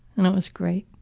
and it was great.